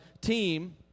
team